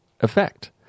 effect